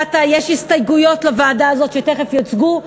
הסתייגויות להצעה הזאת, והן תכף יוצגו.